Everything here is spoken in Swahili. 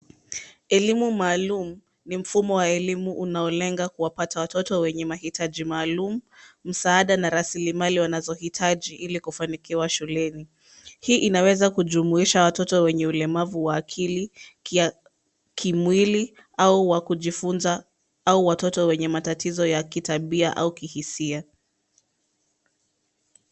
Elimu maalum ni mfumo wa elimu unaolenga kuwapata watoto wenye mahitaji maalum, msaada na rasilimali wanazohitaji ili kufanikiwa shuleni. Hii inaweza kujumuisha watoto wenye ulemavu wa akili, kimwili au wa kujifunza au watoto wenye matatizo ya kitabia au kihisia.